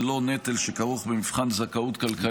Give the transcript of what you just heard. ללא נטל שכרוך במבחן זכאות כלכלית.